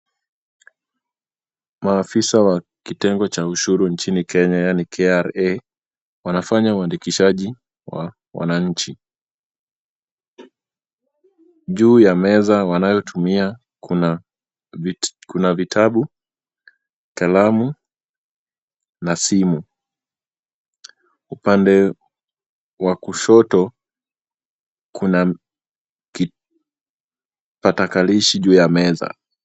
Maafisa wa kitengo cha ushuru nchini Kenya yaani KRA wanafanya uwandikishaji wa wananchi. Juu ya meza wanayotumia kuna vitabu, kalamu na simu. Upande wa kushoto kuna kipatakalishi juu ya meza.